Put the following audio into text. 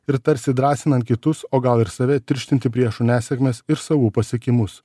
ir tarsi drąsinant kitus o gal ir save tirštinti priešų nesėkmes ir savų pasiekimus